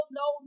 no